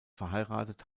verheiratet